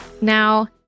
Now